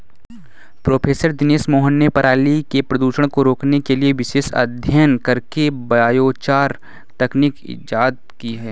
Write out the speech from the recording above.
professor Dinesh Mohan ने पराली के प्रदूषण को रोकने के लिए विशेष अध्ययन करके बायोचार तकनीक इजाद की है